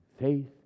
Faith